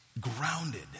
grounded